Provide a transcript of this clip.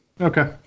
Okay